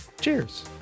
Cheers